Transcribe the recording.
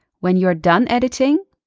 when you are done editing,